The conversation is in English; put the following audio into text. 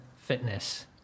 fitness